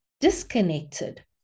disconnected